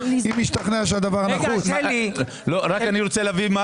אני רוצה שיפוץ.